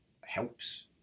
helps